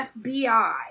FBI